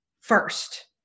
first